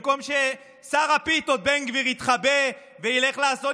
במקום ששר הפיתות בן גביר יתחבא וילך לעשות